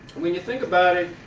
when you think about it,